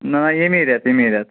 نَہ نَہ ییٚمے ریٚتہٕ ییٚمے ریٚتہٕ